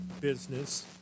business